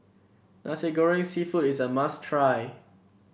Nasi Goreng seafood is a must try